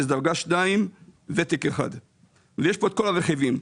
דרגה 2, ותק 1. יש כאן את כל הרכיבים.